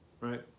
right